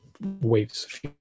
waves